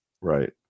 Right